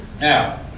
Now